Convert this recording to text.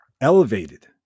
elevated